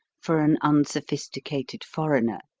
for an unsophisticated foreigner.